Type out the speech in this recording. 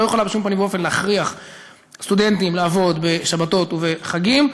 לא יכולה בשום פנים להכריח סטודנטים לעבוד בשבתות ובחגים,